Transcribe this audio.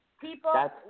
People